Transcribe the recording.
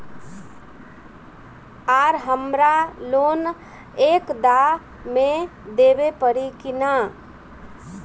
आर हमारा लोन एक दा मे देवे परी किना?